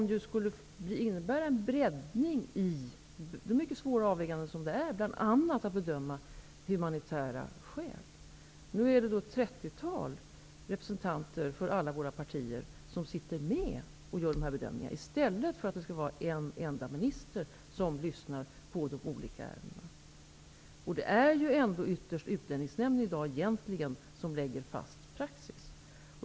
Det skulle innebära en breddning i det politiska underlaget i samband med de svåra övervägandena som skall göras bl.a. i bedömningen av humanitära skäl. Nu är det ett 30-tal representanter för våra partier som sitter med och gör dessa bedömningar i stället för en enda minister. Det är ytterst Utlänningsnämnden som lägger fast praxis.